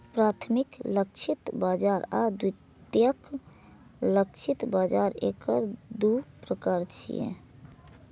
प्राथमिक लक्षित बाजार आ द्वितीयक लक्षित बाजार एकर दू प्रकार छियै